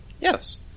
yes